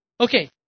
Okay